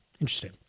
Interesting